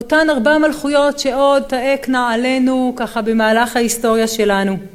אותן ארבעה מלכויות שעוד תעקנה עלינו ככה במהלך ההיסטוריה שלנו